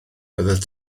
byddet